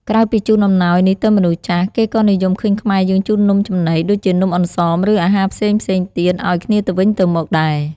ក្រៅពីជូនអំណោយនេះទៅមនុស្សចាស់ គេក៏និយមឃើញខ្មែរយើងជូននំចំណី ដូចជានំអន្សម ឬ អាហារផ្សេងៗទៀតឱ្យគ្នាទៅវិញទៅមកដែរ។